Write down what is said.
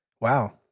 Wow